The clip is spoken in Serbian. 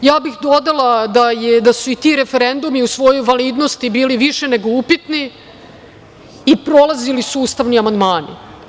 Dodala bih da su i ti referendumi u svojoj validnosti bili više nego upitni, i prolazili su ustavni amandmani.